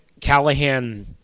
Callahan